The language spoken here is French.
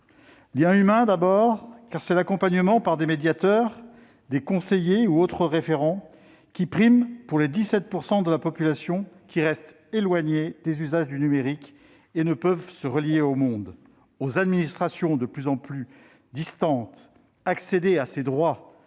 Liens humains d'abord, car c'est l'accompagnement par des médiateurs, des conseillers ou d'autres référents qui prime pour les 17 % de la population qui restent éloignés des usages du numérique et ne peuvent ni se relier au monde et aux administrations, de plus en plus distantes, ni accéder à leurs droits,